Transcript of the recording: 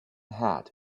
hat